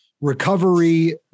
recovery